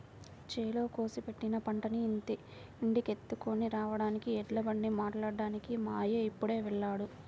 చేలో కోసి పెట్టిన పంటని ఇంటికెత్తుకొని రాడానికి ఎడ్లబండి మాట్లాడ్డానికి మా అయ్య ఇప్పుడే వెళ్ళాడు